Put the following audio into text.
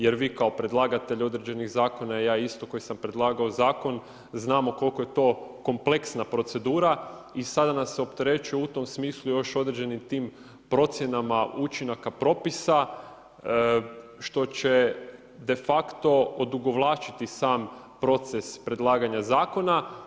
Jer vi kao predlagatelj određenih zakona i ja isto koji sam predlagao zakon znamo koliko je to kompleksna procedura i sada nas opterećuje u tom smislu još određenim tim procjenama učinaka propisa što će de facto odugovlačiti sam proces predlaganja zakona.